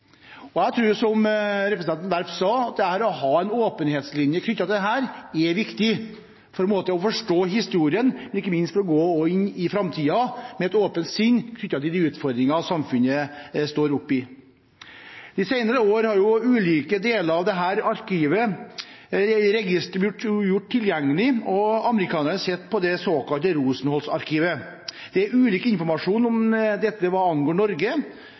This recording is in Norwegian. Jeg tror, som representanten Werp sa, at det å ha en åpen linje i dette er viktig for å forstå historien, ikke minst for å kunne gå inn i framtiden med et åpent sinn knyttet til de utfordringene samfunnet står oppe i. De senere år har ulike deler av dette arkivet og registeret blitt gjort tilgjengelig, og amerikanerne sitter på det såkalte Rosenholz-arkivet. Det er ulik informasjon om dette hva angår Norge.